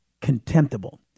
contemptible